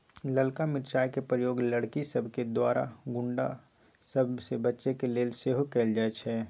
ललका मिरचाइ के प्रयोग लड़कि सभके द्वारा गुण्डा सभ से बचे के लेल सेहो कएल जाइ छइ